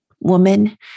woman